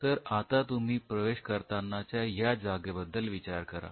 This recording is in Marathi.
तर आता तुम्ही प्रवेश करतानाच्या या जागेबद्दल विचार करा